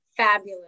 Fabulous